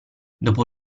dopo